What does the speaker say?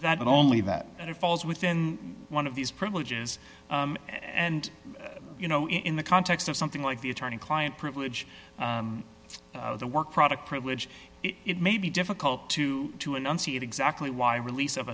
that only that and it falls within one of these privileges and you know in the context of something like the attorney client privilege of the work product privilege it may be difficult to to enunciate exactly why release of